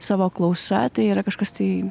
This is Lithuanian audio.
savo klausa tai yra kažkas tai